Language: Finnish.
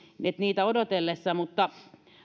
niitä odotellessa